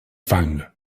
fang